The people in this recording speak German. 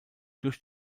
durch